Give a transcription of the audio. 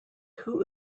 who